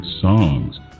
songs